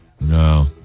no